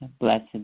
Blessed